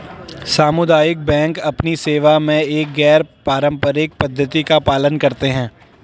सामुदायिक बैंक अपनी सेवा में एक गैर पारंपरिक पद्धति का पालन करते हैं